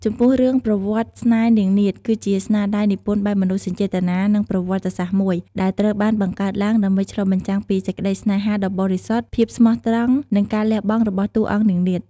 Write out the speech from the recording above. ចំពោះរឿងប្រវត្តិស្នេហ៍នាងនាថគឺជាស្នាដៃនិពន្ធបែបមនោសញ្ចេតនា និងប្រវត្តិសាស្ត្រមួយ ដែលត្រូវបានបង្កើតឡើងដើម្បីឆ្លុះបញ្ចាំងពីសេចក្តីស្នេហាដ៏បរិសុទ្ធ ភាពស្មោះត្រង់ និងការលះបង់របស់តួអង្គនាងនាថ ។